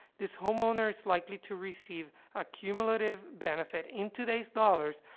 this homeowner is likely to receive a cumulative benefit, in today's dollars,